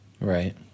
Right